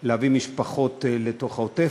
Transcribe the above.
להביא משפחות לתוך העוטף,